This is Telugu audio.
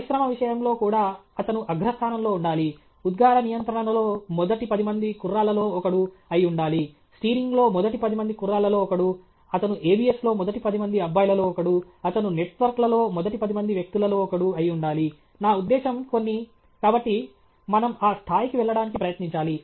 పరిశ్రమ విషయంలో కూడా అతను అగ్రస్థానంలో ఉండాలి ఉద్గార నియంత్రణలో మొదటి పది మంది కుర్రాళ్ళలో ఒకడు అయి ఉండాలి స్టీరింగ్ లో మొదటి పది మంది కుర్రాళ్లలో ఒకడు అతను ఎబిఎస్ లో మొదటి పది మంది అబ్బాయిలలో ఒకడు అతను నెట్వర్క్ లలో మొదటి పది మంది వ్యక్తులలో ఒకడు అయి ఉండాలి నా ఉద్దేశ్యం కొన్ని కాబట్టి మనం ఆ స్థాయికి వెళ్ళడానికి ప్రయత్నించాలి